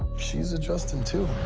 she's adjusting too.